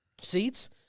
seats